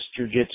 jujitsu